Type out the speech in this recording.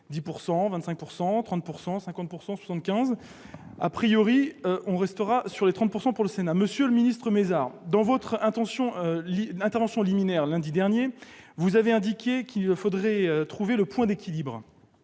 10 %, 25 %, 30 %, 50 %, 75 %..., on en restera à un taux de 30 % au Sénat. Monsieur le ministre Mézard, dans votre intervention liminaire, lundi dernier, vous avez indiqué qu'il faudrait trouver le point d'équilibre.